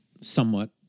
somewhat